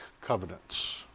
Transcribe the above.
covenants